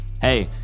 hey